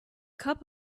cup